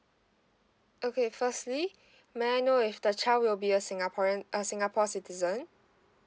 okay firstly may I know if the child will be a singaporean uh singapore citizen